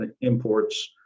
imports